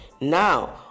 Now